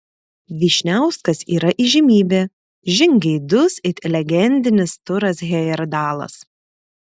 vyšniauskas yra įžymybė žingeidus it legendinis turas hejerdalas